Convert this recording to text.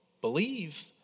believe